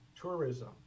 tourism